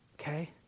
okay